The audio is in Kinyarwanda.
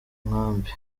nkambi